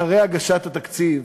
אחרי הגשת התקציב,